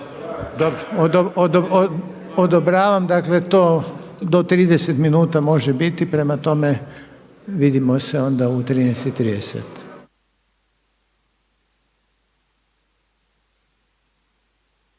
odobravam. Da 30 minuta može biti, prema tome vidimo se onda u 13,30.